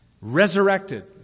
resurrected